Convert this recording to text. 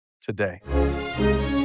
today